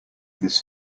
this